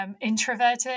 introverted